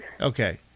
Okay